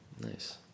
Nice